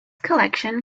collection